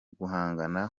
guhangana